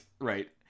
right